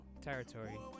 territory